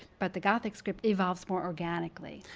but the gothic script evolves more organically.